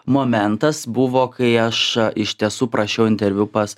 momentas buvo kai aš iš tiesų prašiau interviu pas